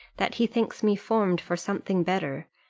that he thinks me formed for something better,